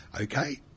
okay